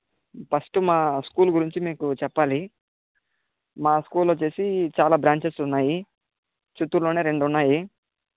first మా school గురించి మీకు చెప్పాలి మా స్కూల్ వచ్చేసి చాలా బ్రాంచెస్ ఉన్నాయి చిత్తూరులోనే రెండు ఉన్నాయి